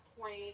point